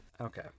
Okay